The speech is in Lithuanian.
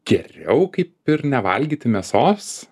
geriau kaip ir nevalgyti mėsos